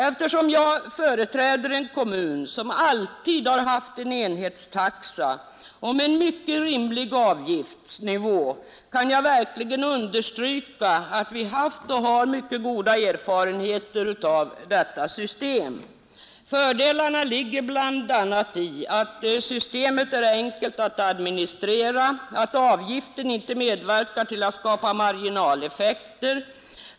Eftersom jag företräder en kommun som alltid har haft en enhetstaxa och mycket rimlig avgiftsnivå, kan jag verkligen understryka att vi haft och har mycket goda erfarenheter av detta system, Fördelarna ligger bl.a. i att systemet är enkelt att administrera, att avgiften inte medverkar till att skapa marginaleffekter.